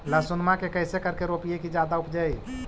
लहसूनमा के कैसे करके रोपीय की जादा उपजई?